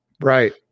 Right